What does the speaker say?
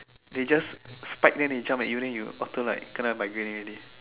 they just spike then they jump at you then you auto like kena by grenade already